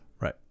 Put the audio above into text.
Right